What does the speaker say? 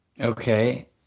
okay